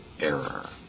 error